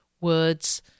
words